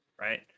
right